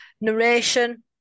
narration